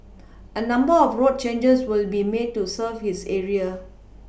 a number of road changes will be made to serve this area